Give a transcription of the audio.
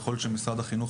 ככל שמשרד החינוך